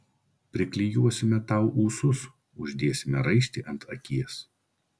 priklijuosime tau ūsus uždėsime raištį ant akies